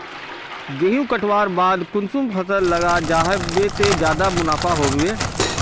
गेंहू कटवार बाद कुंसम फसल लगा जाहा बे ते ज्यादा मुनाफा होबे बे?